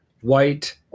White